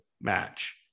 match